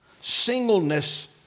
singleness